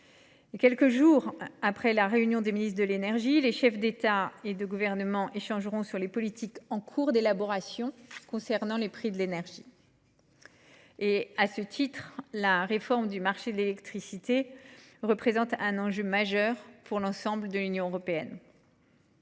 Quelques jours après la réunion des ministres concernés, les chefs d’État et de gouvernement échangeront ainsi sur les politiques en cours d’élaboration concernant les prix de l’énergie. À ce titre, la réforme du marché de l’électricité représente un enjeu majeur pour l’ensemble de l’Union européenne.